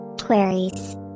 queries